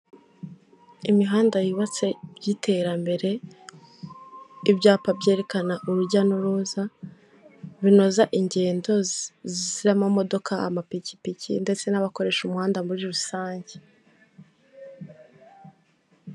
Imihanda yubatse by'iterambere ibyapa byerekana urujya n'uruza, binoza ingendo z'amamodoka, amapikipiki, ndetse n'abakoresha umuhanda muri rusange.